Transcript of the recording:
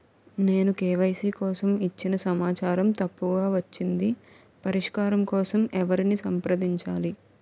నేను కే.వై.సీ కోసం ఇచ్చిన సమాచారం తప్పుగా వచ్చింది పరిష్కారం కోసం ఎవరిని సంప్రదించాలి?